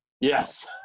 yes